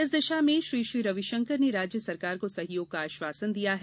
इस दिशा में श्री श्री रविशंकर ने राज्य सरकार को सहयोग का आश्वासन दिया है